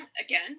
again